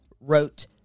wrote